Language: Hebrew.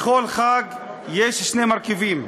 לכל חג יש שני מרכיבים: